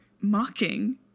mocking